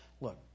Look